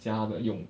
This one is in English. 家的用